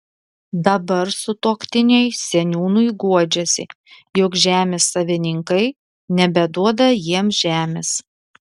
dabar sutuoktiniai seniūnui guodžiasi jog žemės savininkai nebeduoda jiems žemės